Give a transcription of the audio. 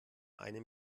einem